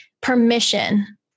permission